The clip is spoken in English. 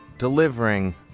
delivering